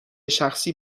شخصی